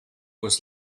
was